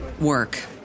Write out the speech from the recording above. work